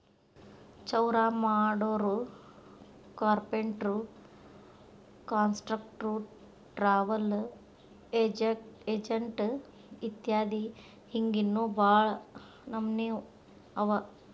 ಚೌರಾಮಾಡೊರು, carpenter, contractor, travel agent ಇತ್ಯದಿ ಹಿಂಗ್ ಇನ್ನೋ ಭಾಳ್ ನಮ್ನೇವ್ ಅವ